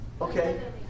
Okay